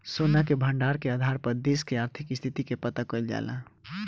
सोना के भंडार के आधार पर देश के आर्थिक स्थिति के पता कईल जाला